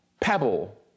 pebble